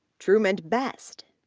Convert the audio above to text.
trumond best,